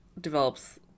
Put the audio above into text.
develops